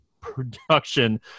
production